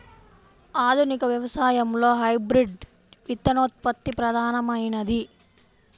ఆధునిక వ్యవసాయంలో హైబ్రిడ్ విత్తనోత్పత్తి ప్రధానమైనది